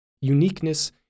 uniqueness